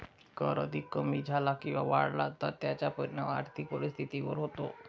कर अधिक कमी झाला किंवा वाढला तर त्याचा परिणाम आर्थिक परिस्थितीवर होतो